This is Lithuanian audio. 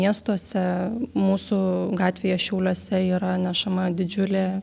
miestuose mūsų gatvėje šiauliuose yra nešama didžiulė